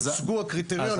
כן, לא הוצגו הקריטריונים.